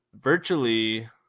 virtually